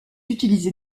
utilisé